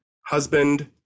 husband